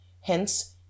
hence